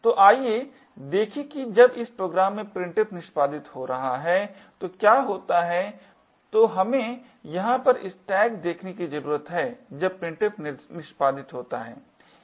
तो आइए देखें कि जब इस प्रोग्राम में printf निष्पादित हो रहा है तो क्या होता है तो हमें यहाँ पर स्टैक देखने की ज़रूरत है जब printf निष्पादित होता है